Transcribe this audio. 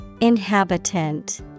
Inhabitant